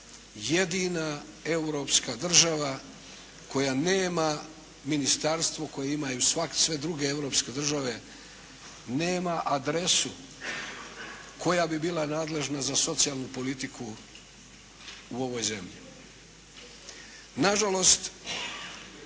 jedina europska država koja nema ministarstvo koje imaju svak, sve druge europske države. Nema adresu koja bi bila nadležna za socijalnu politiku u ovoj zemlji. Nažalost